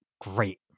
great